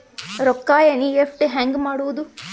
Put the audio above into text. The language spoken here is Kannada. ರೊಕ್ಕ ಎನ್.ಇ.ಎಫ್.ಟಿ ಹ್ಯಾಂಗ್ ಮಾಡುವುದು?